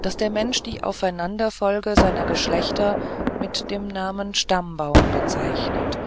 daß der mensch die aufeinanderfolge seiner geschlechter mit dem namen stammbaum bezeichnet